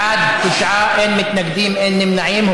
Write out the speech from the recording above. בעד, תשעה, אין מתנגדים, אין נמנעים.